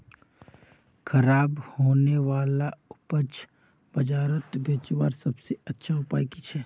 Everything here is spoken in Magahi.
ख़राब होने वाला उपज बजारोत बेचावार सबसे अच्छा उपाय कि छे?